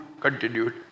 continued